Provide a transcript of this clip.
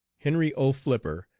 henry o. flipper,